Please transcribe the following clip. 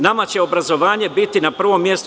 Nama će obrazovanje biti na prvom mestu.